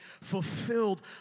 fulfilled